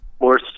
more